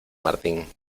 martín